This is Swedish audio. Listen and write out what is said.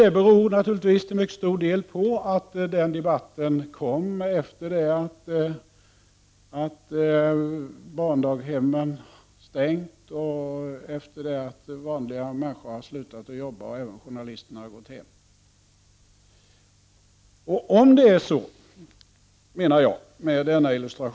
Det beror givetvis till mycket stor del på att debatten fördes efter det att daghemmen stängts och sedan s.k. vanliga människor slutat arbeta för dagen och även journalisterna gått hem.